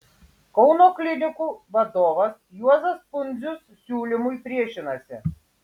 kauno klinikų vadovas juozas pundzius siūlymui priešinasi